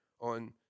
on